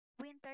Winter